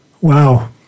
Wow